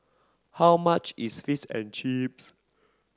how much is Fish and Chips